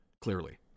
clearly